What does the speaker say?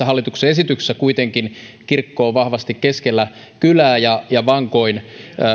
hallituksen esityksessä kuitenkin kirkko on vahvasti keskellä kylää ja ja vankoin